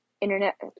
internet